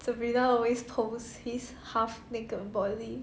sabrina always post his half naked body